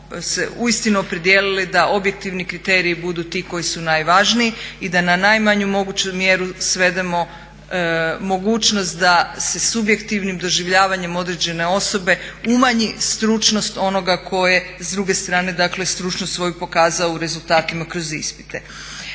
uistinu opredijelili da objektivni kriteriji budu ti koji su najvažniji i da na najmanju moguću mjeru svedemo mogućnost da se subjektivnim doživljavanjem određene osobe umanji stručnost onoga tko je s druge strane, dakle stručnost svoju pokazao u rezultatima kroz ispite.